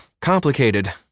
complicated